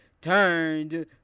turned